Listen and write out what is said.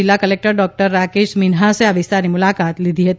જિલ્લા collector doctor Rakesh મીનહાસે આ વિસ્તારની મુલાકાત લીધી હતી